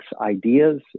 ideas